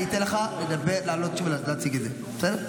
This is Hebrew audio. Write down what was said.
אני אתן לך לעלות לדבר שוב ולהציג את זה, בסדר?